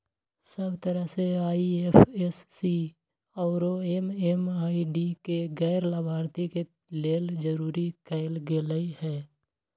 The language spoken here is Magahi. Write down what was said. सब तरह से आई.एफ.एस.सी आउरो एम.एम.आई.डी के गैर लाभार्थी के लेल जरूरी कएल गेलई ह